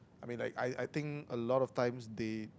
I mean like I I think a lot of times they